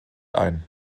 ein